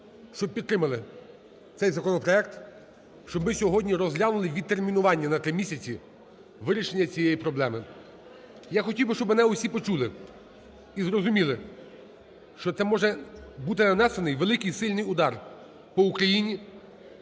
щоб підтримали цей законопроект. Щоб ми сьогодні розглянули відтермінування на 3 місяці вирішення цієї проблеми. Я хотів би, щоб мене всі почули і зрозуміли, що це може бути нанесений великий, сильний удар по Україні,